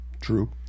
true